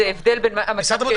זה הבדל ממה שקורה היום.